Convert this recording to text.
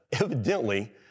evidently